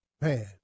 Man